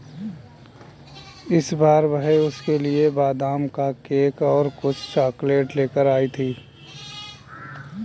इस बार वह उसके लिए बादाम का केक और कुछ चॉकलेट लेकर आई थी